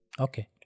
Okay